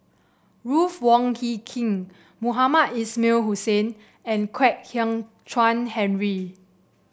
Ruth Wong Hie King Mohamed Ismail Hussain and Kwek Hian Chuan Henry